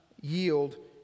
yield